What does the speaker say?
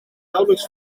nauwelijks